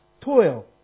toil